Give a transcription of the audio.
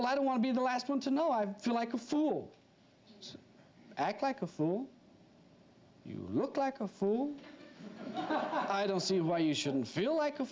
well i don't want to be the last one to know i feel like a fool act like a fool you look like a fool i don't see why you shouldn't feel like